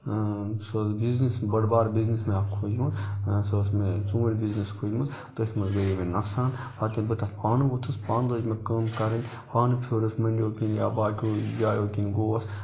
سُہ ٲس بِزنِس بٔڑ بار بِزنِس مےٚ اَکھ کھوٗجمٕژ سُہ ٲس مےٚ ژوٗںٛٹھۍ بِزنِس کھوٗجمٕژ تٔتھۍ منٛز گٔیے مےٚ نۄقصان پَتہٕ ییٚلہِ بہٕ تَتھ پانہٕ ووٚتھُس پانہٕ لٲج مےٚ کٲم کَرٕنۍ پانہٕ پھیورُس مٔنڈِیو کِنۍ یا باقٕیو جایو کِنۍ گوس